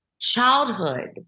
childhood